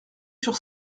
sur